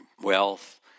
wealth